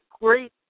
great